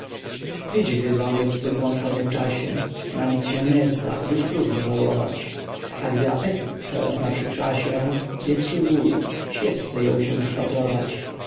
widzi gryzomir swój błąd po niewczasie na nic się nie zda już próżno żałować a gdy apetyt coraz naprzykrza się wietrzy łój świeczce jął się przypatrować